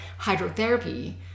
hydrotherapy